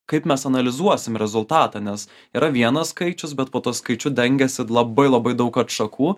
kaip mes analizuosim rezultatą nes yra vienas skaičius bet po tuo skaičiu dengiasi labai labai daug atšakų